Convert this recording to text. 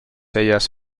ellas